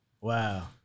Wow